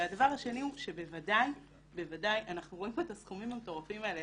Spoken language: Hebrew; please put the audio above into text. אנחנו רואים פה את הסכומים המטורפים האלה.